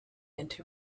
into